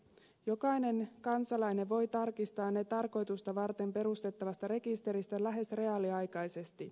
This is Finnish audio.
jokainen kansalainen voi tarkistaa ne tarkoitusta varten perustettavasta rekisteristä lähes reaaliaikaisesti